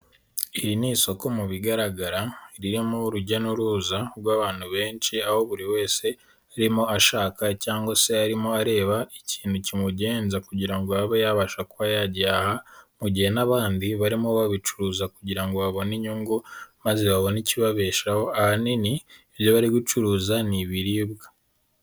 Iri ni isoko mu bigaragara ririmo urujya n'uruza rw'abantu benshi, aho buri wese arimo ashaka cyangwa se arimo areba ikintu kimugenza, kugira ngo abe yabasha kuba yagera aha, mu gihe n'abandi barimo babicuruza kugira ngo babone inyungu maze babone ikibabeshaho, ahani byo bari gucuruza ni ibiribwa.